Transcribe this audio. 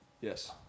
Yes